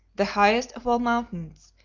the highest of all mountains,